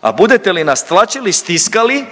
a budete li nas tlačili, stiskali,